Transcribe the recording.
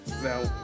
now